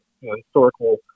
historical